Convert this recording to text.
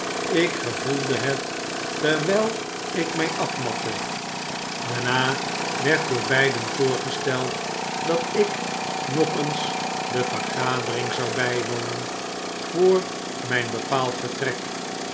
ik gevoelde het terwyl ik my afmatte daarna werd door beiden voorgesteld dat ik nog eens de vergadering zou bywonen vr mijn bepaald vertrek